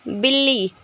बिल्ली